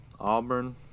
Auburn